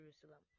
Jerusalem